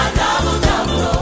double-double